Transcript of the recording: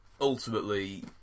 ultimately